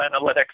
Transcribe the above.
Analytics